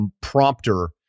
prompter